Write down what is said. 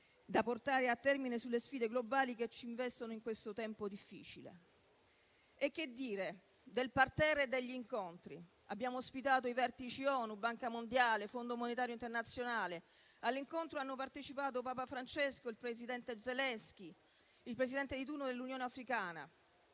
da portare a termine sulle sfide globali che ci investono in questo tempo difficile. E che dire del *parterre* e degli incontri? Abbiamo ospitato i vertici ONU, Banca mondiale, Fondo monetario internazionale, all'incontro hanno partecipato Papa Francesco, il presidente Zelensky, il Presidente di turno dell'Unione africana.